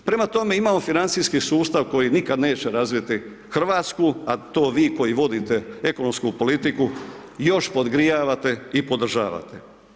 Prema tome, imamo financijski sustav koji nikad neće razviti Hrvatsku, a to vi koji vodite ekonomsku politiku još podgrijavate i podržavate.